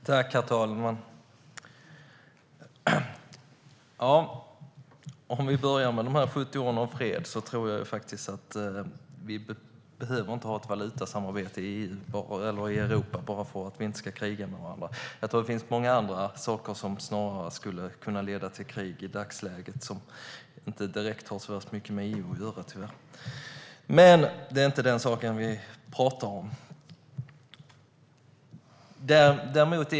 Herr talman! Om vi börjar med de 70 åren av fred tror jag att vi inte behöver ha ett valutasamarbete i Europa bara för att vi inte ska kriga med varandra. Det finns många andra saker som snarare skulle kunna leda till krig i dagsläget som inte direkt har så värst mycket med EU att göra tyvärr. Men det är inte den saken vi talar om.